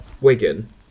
Wigan